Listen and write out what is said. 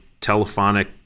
telephonic